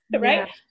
right